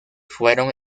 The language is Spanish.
fueron